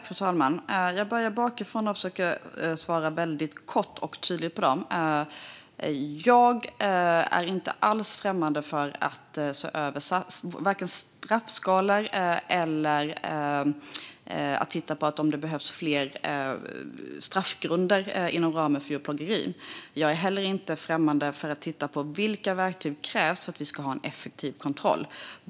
Fru talman! Jag börjar bakifrån och försöker att svara väldigt kort och tydligt på frågorna: Jag är inte alls främmande för att se över straffskalor eller titta på om det behövs fler straffgrunder inom ramen för djurplågeri. Jag är heller inte främmande för att titta på vilka verktyg som krävs för att vi ska ha en effektiv kontroll.